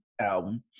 album